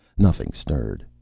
nothing stirred.